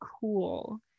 cool